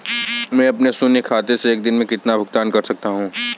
मैं अपने शून्य खाते से एक दिन में कितना भुगतान कर सकता हूँ?